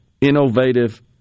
innovative